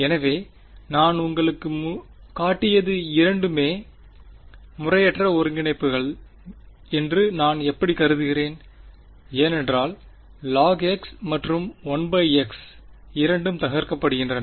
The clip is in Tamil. எனவே நான் முன்பு உங்களுக்குக் காட்டியது இரண்டுமே முறையற்ற ஒருங்கிணைப்புகள் என்று நான் எப்படிக் கருதுகிறேன் ஏனென்றால் log x மற்றும் 1x இரண்டும் தகர்க்க படுகின்றன